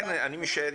אני משער,